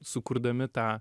sukurdami tą